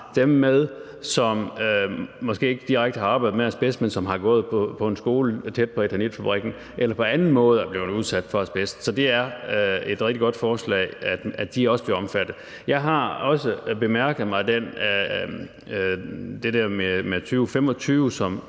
dem med, som måske ikke direkte har arbejdet med asbest, men som har gået på en skole tæt på eternitfabrikken eller på anden måde er blevet udsat for asbest. Så det er et rigtig godt forslag, at de også bliver omfattet. Jeg har også bemærket mig det der med 2025 som